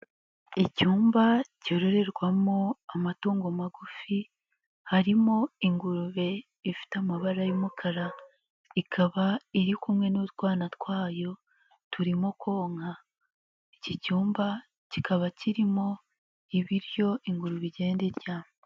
lcyumba cyororerwamo amatungo magufi harimo ingurube ifite amabara y'umukara, ikaba iri kumwe n'utwana twayo turimo konka, iki cyumba kikaba kirimo ibiryo ingurube igenda irya.